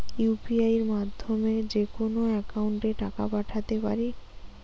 UPI মাধ্যমে যেকোনো একাউন্টে টাকা পাঠাতে পারি?